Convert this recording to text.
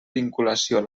vinculació